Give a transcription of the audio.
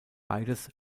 beides